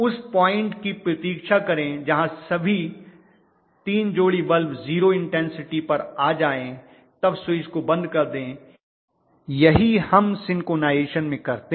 उस पॉइंट की प्रतीक्षा करें जहां सभी तीन जोड़ी बल्ब जीरो इन्टेन्सिटी पर आ जायें तब स्विच को बंद कर दें यही हम सिंक्रनाइज़ेशन में करते हैं